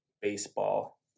baseball